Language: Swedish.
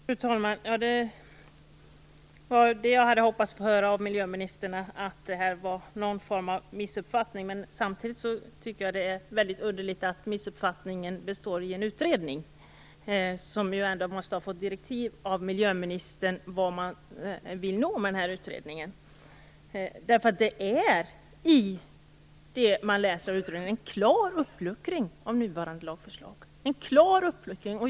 Fru talman! Det var det jag hade hoppats att få höra av miljöministern, att detta var någon form av missuppfattning. Samtidigt tycker jag att det är väldigt underligt att missuppfattningen består av en utredning. Den måste ändå ha fått direktiv av miljöministern om vart man vill nå med utredningen. Det man finner när man läser i utredningen är en klar uppluckring. Nuvarande lagförslag innebär en klar uppluckring.